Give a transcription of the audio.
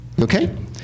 okay